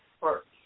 first